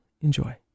Enjoy